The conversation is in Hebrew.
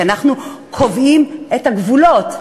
כי אנחנו קובעים את הגבולות.